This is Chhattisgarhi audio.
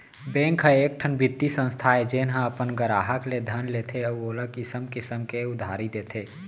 बेंक ह एकठन बित्तीय संस्था आय जेन ह अपन गराहक ले धन लेथे अउ ओला किसम किसम के उधारी देथे